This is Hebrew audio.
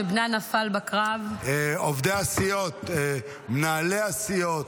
עובדי הסיעות, מנהלי הסיעות,